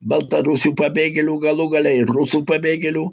baltarusių pabėgėlių galų gale ir rusų pabėgėlių